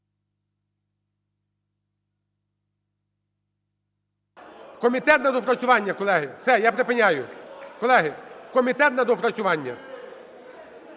комітет на доопрацювання, колеги. Все, я припиняю, колеги. В комітет на доопрацювання.